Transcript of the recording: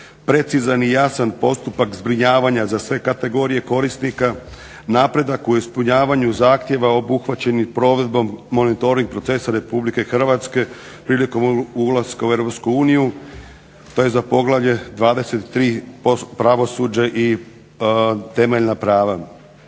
precizan i jasan postupak zbrinjavanja za sve kategorije korisnika, napredak u ispunjavanju zahtjeva obuhvaćenih provedbom monitoring procesa Republike Hrvatske prilikom ulaska u Europsku uniju. To je za poglavlje 23.-Pravosuđe i temeljna prava.